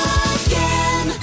again